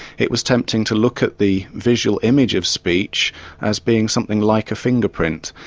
it was tempting to look at the visual image of speech as being something like a finger print.